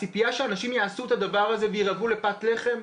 האם הציפייה שאנשים יעשו את הדבר הזה וירעבו לפת לחם?